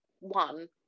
one